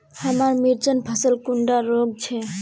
हमार मिर्चन फसल कुंडा रोग छै?